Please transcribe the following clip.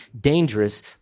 dangerous